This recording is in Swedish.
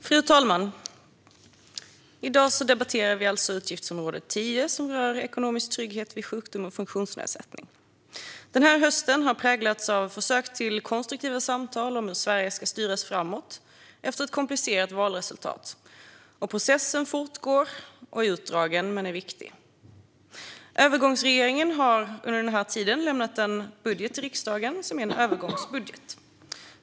Fru talman! I dag debatterar vi utgiftsområde 10, som rör ekonomisk trygghet vid sjukdom och funktionsnedsättning. Den här hösten har präglats av försök till konstruktiva samtal om hur Sverige ska styras framåt efter ett komplicerat valresultat. Processen fortgår. Den är utdragen men viktig. Övergångsregeringen har under den här tiden lämnat en budget till riksdagen. Det är en övergångsbudget.